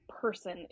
person